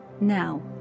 now